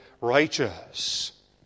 righteous